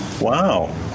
wow